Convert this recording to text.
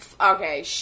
okay